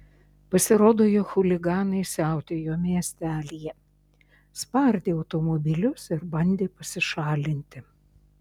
pasirodo jog chuliganai siautėjo miestelyje spardė automobilius ir bandė pasišalinti